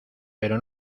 pero